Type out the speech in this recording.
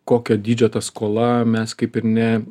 kokio dydžio ta skola mes kaip ir ne